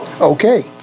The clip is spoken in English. Okay